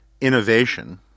innovation